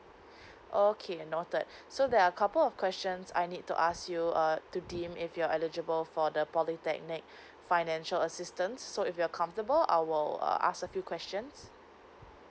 okay noted so there are couple of questions I need to ask you uh to deem if you're eligible for the polytechnic financial assistance so if you're comfortable I'll ask a few questions